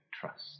trust